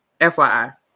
FYI